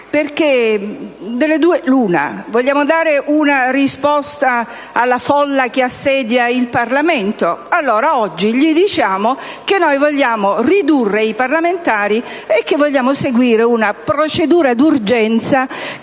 perché delle due l'una: vogliamo dare una risposta alla folla che assedia il Parlamento? Allora oggi le diciamo che vogliamo ridurre i parlamentari e seguire una procedura d'urgenza che